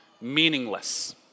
meaningless